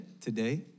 today